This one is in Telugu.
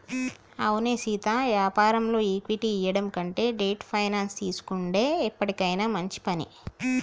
అవునే సీతా యాపారంలో ఈక్విటీ ఇయ్యడం కంటే డెట్ ఫైనాన్స్ తీసుకొనుడే ఎప్పటికైనా మంచి పని